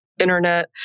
internet